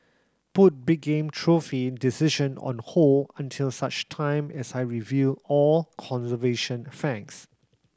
put big game trophy decision on hold until such time as I review all conservation facts